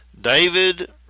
David